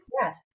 Yes